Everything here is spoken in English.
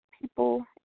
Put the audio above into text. people